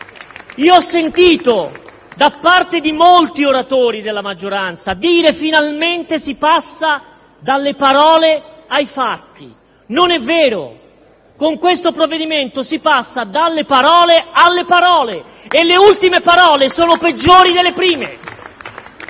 Ho sentito da parte di molti oratori della maggioranza dire «finalmente si passa dalle parole ai fatti»: non è vero, con questo provvedimento si passa dalle parole alle parole e le ultime parole sono peggiori delle prime.